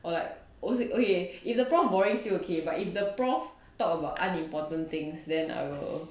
or like oh say okay if the prof boring still ok but if the prof talk about unimportant things then I will